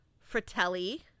Fratelli